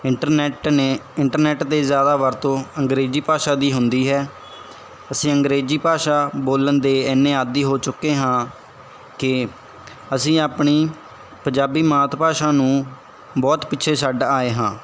internet ਨੇ internet 'ਤੇ ਜ਼ਿਆਦਾ ਵਰਤੋਂ ਅੰਗਰੇਜ਼ੀ ਭਾਸ਼ਾ ਦੀ ਹੁੰਦੀ ਹੈ ਅਸੀਂ ਅੰਗਰੇਜ਼ੀ ਭਾਸ਼ਾ ਬੋਲਣ ਦੇ ਇੰਨੇ ਆਦੀ ਹੋ ਚੁੱਕੇ ਹਾਂ ਕਿ ਅਸੀਂ ਆਪਣੀ ਪੰਜਾਬੀ ਮਾਤ ਭਾਸ਼ਾ ਨੂੰ ਬਹੁਤ ਪਿੱਛੇ ਛੱਡ ਆਏ ਹਾਂ